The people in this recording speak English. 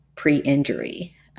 pre-injury